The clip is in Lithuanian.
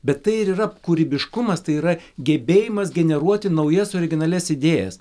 bet tai ir yra kūrybiškumas tai yra gebėjimas generuoti naujas originalias idėjas